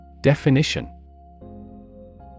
Definition